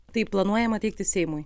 tai planuojama teikti seimui